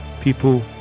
People